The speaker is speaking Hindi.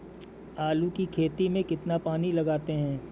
आलू की खेती में कितना पानी लगाते हैं?